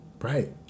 Right